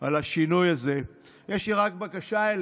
גם על השינוי הזה, יש לי רק בקשה אליך,